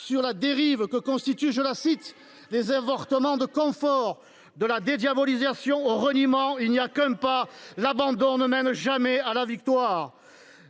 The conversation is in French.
sur la dérive que constituent – je la cite – les « avortements de confort »! De la dédiabolisation au reniement, il n’y a qu’un pas. L’abandon ne mène jamais à la victoire.